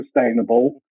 sustainable